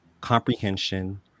comprehension